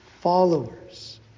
followers